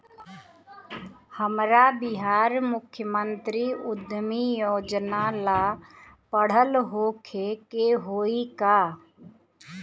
हमरा बिहार मुख्यमंत्री उद्यमी योजना ला पढ़ल होखे के होई का?